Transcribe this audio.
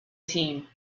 team